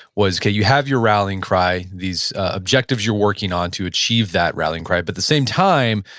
was, you have your rallying cry. these objectives you're working on to achieve that rallying cry. but the same time,